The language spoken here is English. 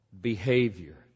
behavior